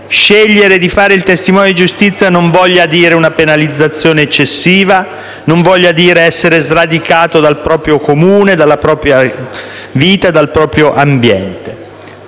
scegliere di fare il testimone di giustizia non voglia dire una penalizzazione eccessiva, non voglia dire essere sradicato del proprio comune, dalla propria vita, dal proprio ambiente.